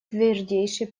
твердейший